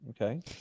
Okay